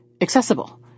accessible